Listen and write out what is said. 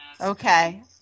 Okay